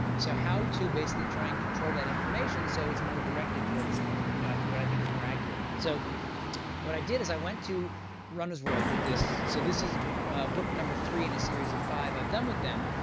so how to basically try and control that information, so it's more directed towards you know what i think is more accurate. so what i did is i went to runner's world with this, so this is a book number three in a series of five i've done with them.